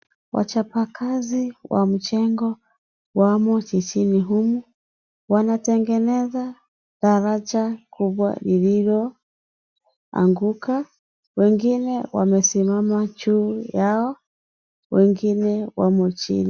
Wachapa kazi wa mjengo wamo jijini humu, wanatengeneza daraja kubwa lililoanguka. Wengine wamesimama juu yao. Wengine wamo chini.